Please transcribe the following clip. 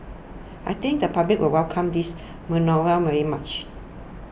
I think the public will welcome this manoeuvre very much